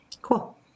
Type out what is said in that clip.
cool